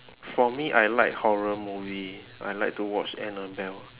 for me I like horror movie I like to watch annabelle